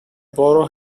borough